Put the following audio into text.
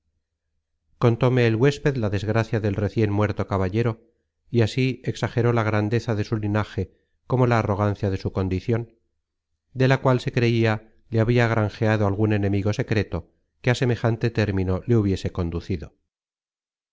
adverso contóme el huésped la desgracia del recien muerto caballero y así exageró la grandeza de su linaje como la arrogancia de su condicion de la cual se creia le habria granjeado algun enemigo secreto que á semejante término le hubiese conducido